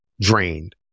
drained